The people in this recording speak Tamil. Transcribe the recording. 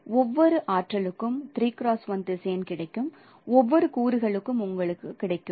ஒவ்வொரு ஆற்றலுக்கும் திசையன் கிடைக்கும் ஒவ்வொரு கூறுகளும் உங்களுக்கு கிடைக்கும்